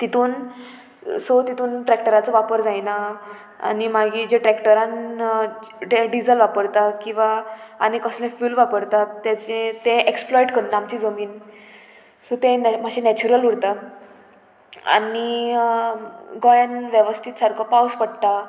तितून सो तितून ट्रॅक्टराचो वापर जायना आनी मागीर जे ट्रॅक्टरान डिजल वापरता किंवां आनी कसले फ्यूल वापरता तेचे तें एक्सप्लोट करता आमचे जमीन सो ते मातशे नॅचुरल उरता आनी गोंयान वेवस्थीत सारको पावस पडटा